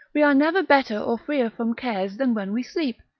we are never better or freer from cares than when we sleep,